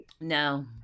no